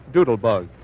Doodlebug